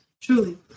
Truly